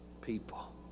people